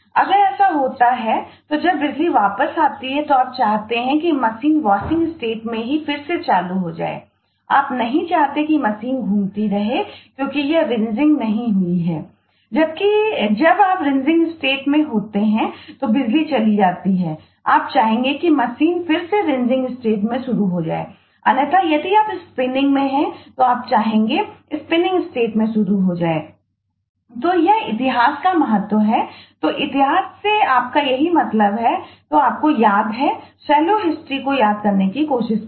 अगर ऐसा होता है तो जब बिजली वापस आती है तो आप चाहते हैं कि मशीन वॉशिंग स्टेट को याद करने की कोशिश करें